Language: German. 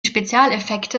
spezialeffekte